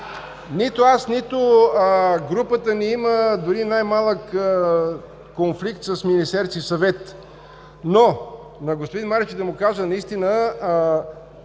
Нито аз, нито групата ни има дори и най-малък конфликт с Министерския съвет. Но на господин Марешки да му кажа: наистина